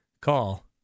call